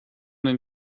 den